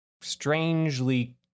strangely